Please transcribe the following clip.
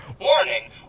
warning